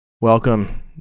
Welcome